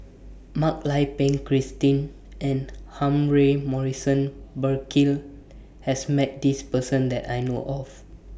Mak Lai Peng Christine and Humphrey Morrison Burkill has Met This Person that I know of